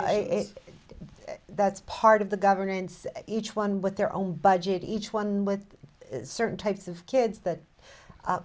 and that's part of the governance each one with their own budget each one with certain types of kids that